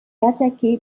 attaqué